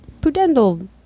pudendal